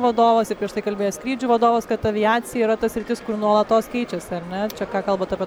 vadovas ir prieš tai kalbėjęs skrydžių vadovas kad aviacija yra ta sritis kur nuolatos keičiasi ar ne čia ką kalbat apie